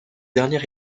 dernier